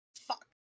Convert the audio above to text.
Fuck